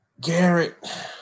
Garrett